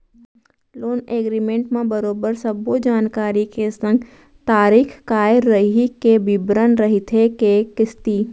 loan agreement म बरोबर सब्बो जानकारी के संग तारीख काय रइही के बिबरन रहिथे के किस्ती